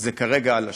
זה כרגע על השולחן,